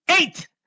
eight